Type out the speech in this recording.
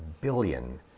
billion